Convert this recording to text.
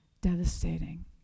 devastating